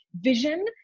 vision